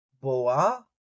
Boa